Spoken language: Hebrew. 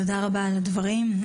תודה רבה על הדברים.